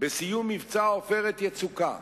בסיום מבצע "עופרת יצוקה"